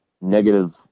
negative